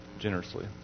generously